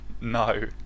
No